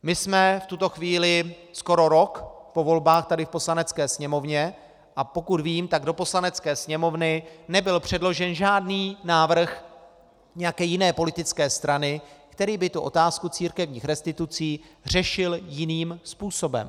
My jsme v tuto chvíli skoro rok po volbách tady v Poslanecké sněmovně, a pokud vím, tak do Poslanecké sněmovny nebyl předložen žádný návrh nějaké jiné politické strany, který by tu otázku církevních restitucí řešil jiným způsobem.